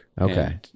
okay